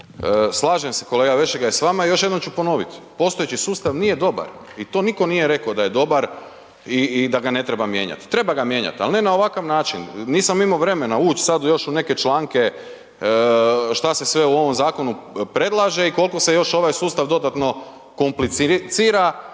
Slažem se kolega Vešligaj s vama, još jednom ću ponovit, postojeći sustav nije dobar i to niko nije reko da je dobar i, i da ga ne treba mijenjat, treba ga mijenjat, al ne na ovakav način, nisam imo vremena uć sad u još neke članke šta se sve u ovom zakonu predlaže i kolko se još ovaj sustav dodatno komplicira,